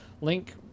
Link